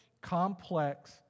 complex